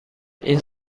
این